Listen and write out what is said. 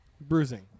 Bruising